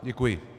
Děkuji.